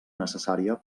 necessària